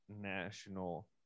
National